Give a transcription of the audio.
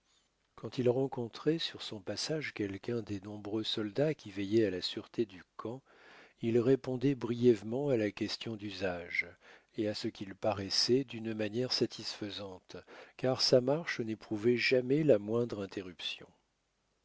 quand il rencontrait sur son passage quelqu'un des nombreux soldats qui veillaient à la sûreté du camp il répondait brièvement à la question d'usage et à ce qu'il paraissait d'une manière satisfaisante car sa marche n'éprouvait jamais la moindre interruption